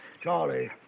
Charlie